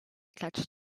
clutch